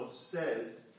says